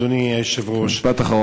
אדוני היושב-ראש,